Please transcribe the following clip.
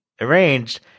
arranged